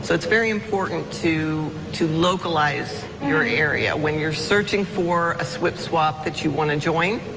so it's very important to to localize your area when you're searching for a swip swap that you want to join.